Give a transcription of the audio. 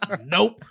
Nope